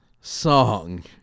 song